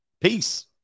peace